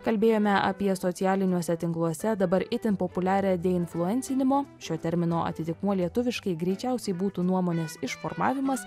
kalbėjome apie socialiniuose tinkluose dabar itin populiarią deinfluencinimo šio termino atitikmuo lietuviškai greičiausiai būtų nuomonės išformavimas